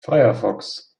firefox